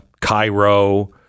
Cairo